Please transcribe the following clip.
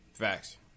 Facts